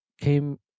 came